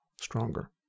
stronger